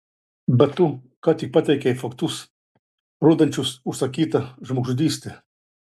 bet tu ką tik pateikei faktus rodančius užsakytą žmogžudystę